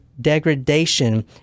degradation